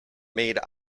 made